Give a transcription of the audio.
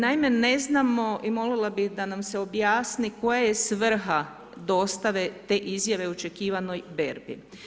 Naime ne znamo i molila bih da nam se objasni koja je svrha dosta te izjave o očekivanoj berbi.